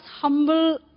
humble